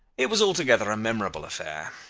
it was altogether a memorable affair.